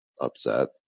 upset